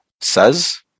says